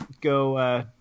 go, –